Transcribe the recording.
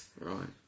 right